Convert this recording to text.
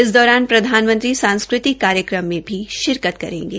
इस दौरान प्रधानमंत्री सांस्कृतिक कार्यक्रम में भी शिरकत करेंगे